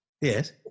yes